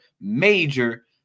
major